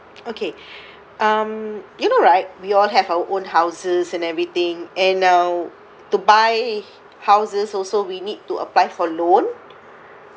okay um you know right we all have our own houses and everything and now to buy houses also we need to apply for loan